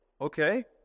Okay